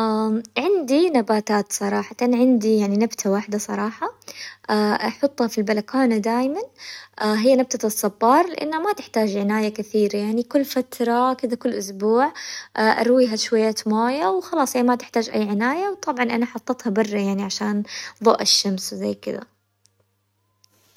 عندي نباتات صراحةً، عندي يعني نبتة واحدة صراحة أحطها في البلكونة دايماً هي نبتة الصبار، لأنها ما تحتاج عناية كثير يعني، كل فترة كذا كل أسبوع أرويها بشوية موية وخلاص، يعني ما تحتاج أي عناية، وطبعاً أنا حاطتها برة يعني عشان ظوء الشمس وزي كذا.